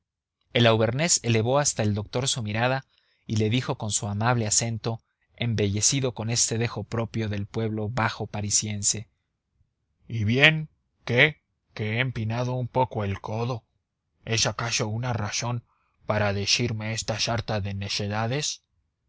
el auvernés elevó hasta el doctor su mirada y le dijo con su amable acento embellecido con este dejo propio del pueblo bajo parisiense y bien qué que he empinado un poco el codo es acaso una razón para decirme esa sarta de necedades